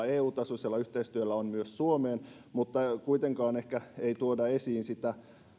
eu tasoisella yhteistyöllä on myös suomelle mutta kuitenkaan ehkä ei tuoda esiin sitä